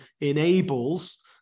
enables